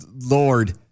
Lord